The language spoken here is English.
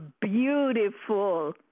beautiful